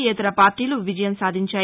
యేతర పార్టీల విజయం సాధించాయి